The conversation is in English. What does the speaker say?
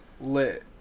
lit